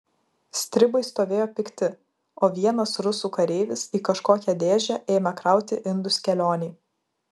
stribai stovėjo pikti o vienas rusų kareivis į kažkokią dėžę ėmė krauti indus kelionei